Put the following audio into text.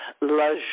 La